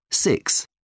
Six